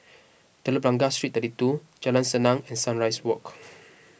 Telok Blangah Street thirty two Jalan Senang and Sunrise Walk